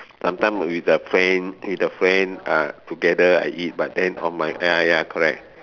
sometimes with the friend with the friend uh together I eat but then on my ya ya correct